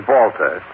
Walter